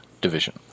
division